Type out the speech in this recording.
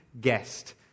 guest